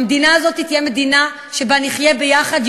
המדינה הזאת תהיה מדינה שבה נחיה יחד,